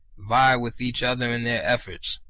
vie with each other in their efforts.